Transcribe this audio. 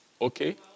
Okay